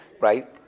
Right